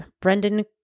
Brendan